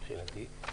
מבחינתי,